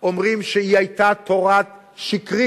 אומרים שהיא היתה תורה שקרית,